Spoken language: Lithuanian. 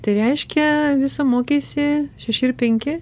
tai reiškia viso mokesi šeši ir penki